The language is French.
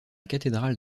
cathédrale